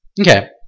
Okay